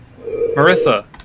Marissa